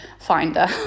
finder